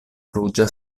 ruĝa